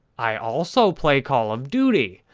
i also play call of duty.